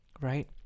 right